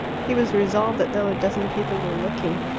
he was resolved that though a dozen people were looking,